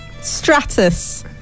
Stratus